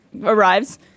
arrives